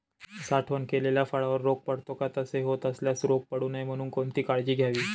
साठवण केलेल्या फळावर रोग पडतो का? तसे होत असल्यास रोग पडू नये म्हणून कोणती काळजी घ्यावी?